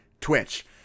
twitch